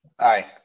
Aye